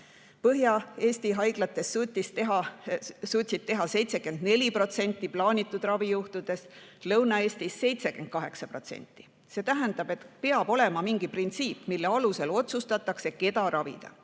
Põhja-Eesti haiglates suudeti teha 74% plaanitud ravijuhtudest ja Lõuna-Eestis 78%. See tähendab, et peab olema mingi printsiip, mille alusel otsustatakse, keda ravida.